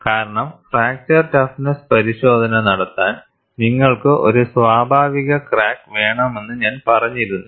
കാരണം fracture toughness പരിശോധന നടത്താൻ നിങ്ങൾക്ക് ഒരു സ്വാഭാവിക ക്രാക്ക് വേണമെന്ന് ഞാൻ പറഞ്ഞിരുന്നു